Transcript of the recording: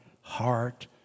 heart